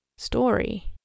story